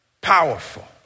powerful